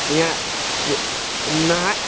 हियाॅं जे नहाय